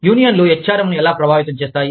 యూనియన్లు H R M ను ఎలా ప్రభావితం చేస్తాయి